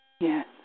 Yes